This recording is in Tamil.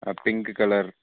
ah pink colour